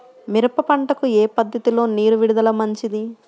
మిరప పంటకు ఏ పద్ధతిలో నీరు విడుదల మంచిది?